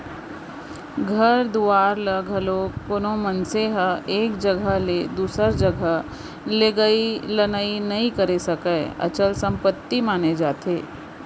घर दुवार ल घलोक कोनो मनखे ह एक जघा ले दूसर जघा लेगई लनई नइ करे सकय, अचल संपत्ति माने जाथे